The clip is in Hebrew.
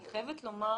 אני חייבת לומר